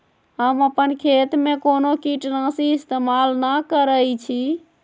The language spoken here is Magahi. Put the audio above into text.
हम अपन खेत में कोनो किटनाशी इस्तमाल न करई छी